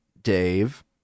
Dave